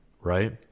right